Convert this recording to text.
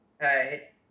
hey